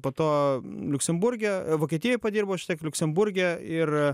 po to liuksemburge vokietijoj padirbau šiek tiek liuksemburge ir